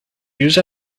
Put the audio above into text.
use